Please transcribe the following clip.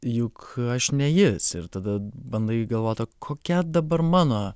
juk aš ne jis ir tada bandai galvot o kokia dabar mano